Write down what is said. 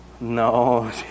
No